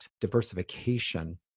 diversification